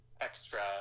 extra